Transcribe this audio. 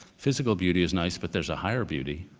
physical beauty is nice, but there's a higher beauty,